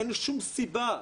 אין שום סיבה.